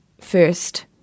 first